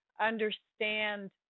understand